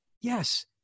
Yes